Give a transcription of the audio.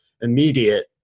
immediate